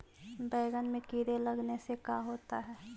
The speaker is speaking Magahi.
बैंगन में कीड़े लगने से का होता है?